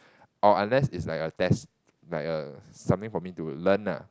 or unless is like a test like a something for me to learn lah